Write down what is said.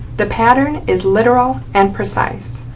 the pattern is literal and precise.